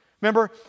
Remember